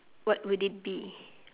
what would it be